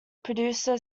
producer